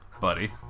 Buddy